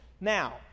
Now